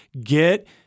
get